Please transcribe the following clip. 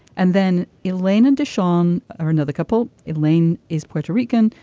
and then elaine and deshawn are another couple. elaine is puerto rican.